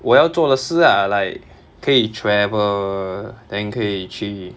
我要做的事 lah like 可以 travel then 可以去